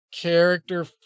character